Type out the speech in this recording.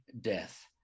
Death